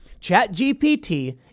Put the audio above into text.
ChatGPT